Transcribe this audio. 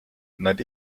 nad